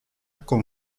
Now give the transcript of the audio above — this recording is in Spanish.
con